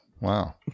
Wow